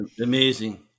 Amazing